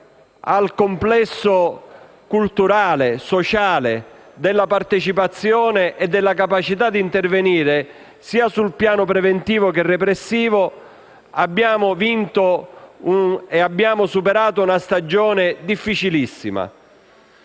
al complesso culturale e sociale della partecipazione e della capacità di intervenire, sia sul piano preventivo che repressivo, abbiamo vinto e abbiamo superato una stagione difficilissima,